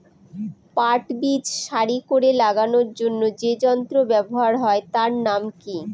পাট বীজ সারি করে লাগানোর জন্য যে যন্ত্র ব্যবহার হয় তার নাম কি?